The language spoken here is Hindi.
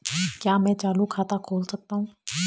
क्या मैं चालू खाता खोल सकता हूँ?